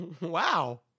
wow